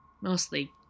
Mostly